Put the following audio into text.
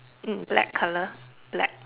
mm black colour black